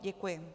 Děkuji.